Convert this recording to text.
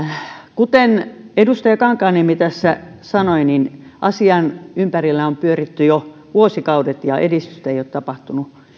kuten edustaja kankaanniemi tässä sanoi asian ympärillä on pyöritty jo vuosikaudet ja edistystä ei ei ole tapahtunut